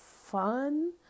fun